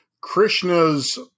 Krishna's